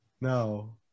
no